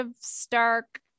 Stark